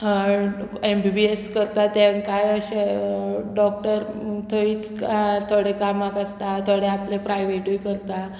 M B B S करता तेंकांय अशें डॉक्टर थंयच थोडे कामाक आसता थोडे आपले प्रायवेटूय करता